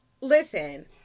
Listen